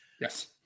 Yes